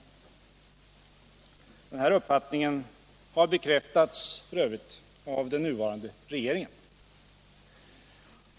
Denna uppfattning har f.ö. bekräftats av den nuvarande regeringen.